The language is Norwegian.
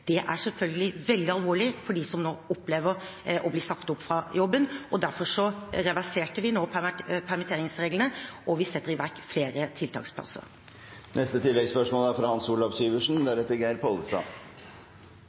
Det er selvfølgelig veldig alvorlig for dem som nå opplever å bli sagt opp fra jobben, og derfor reverserte vi nå permitteringsreglene, og vi setter i verk flere tiltaksplasser. Hans Olav Syversen